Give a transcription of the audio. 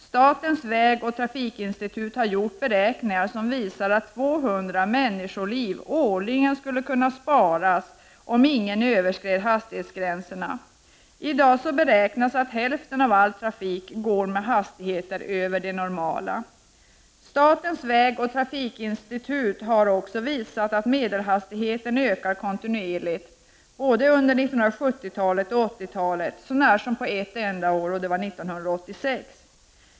Statens vägoch trafikinstitut har gjort beräkningar som visar, att 200 människoliv årligen skulle kunna sparas om ingen överskred hastighetsgränserna. I dag beräknas att hälften av all trafik går med hastigheter över det normala. Statens vägoch trafikinstitut har också visat att medelhastigheten ökat kontinuerligt både under 1970 och 1980-talet så när som på ett enda år, 1986.